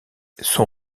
son